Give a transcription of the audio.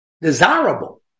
Desirable